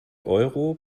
euro